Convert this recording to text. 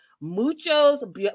Muchos